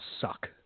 suck